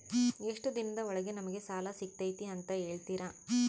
ಎಷ್ಟು ದಿನದ ಒಳಗೆ ನಮಗೆ ಸಾಲ ಸಿಗ್ತೈತೆ ಅಂತ ಹೇಳ್ತೇರಾ?